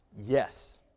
yes